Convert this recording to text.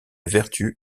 vertu